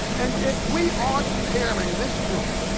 and if we aren't preparing this group